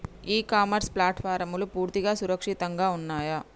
ఇ commerce ప్లాట్ఫారమ్లు పూర్తిగా సురక్షితంగా ఉన్నయా?